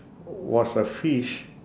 was a fish